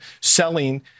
selling